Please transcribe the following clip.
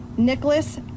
Nicholas